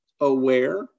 aware